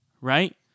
Right